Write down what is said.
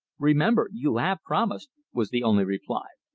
remember you have promised! was the only reply.